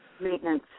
maintenance